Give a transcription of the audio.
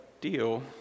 deal